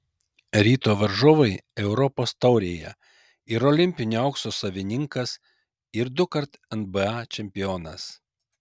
ryto varžovai europos taurėje ir olimpinio aukso savininkas ir dukart nba čempionas